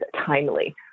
timely